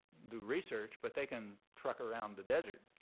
do research, but they can truck around the desert.